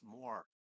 more